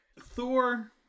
thor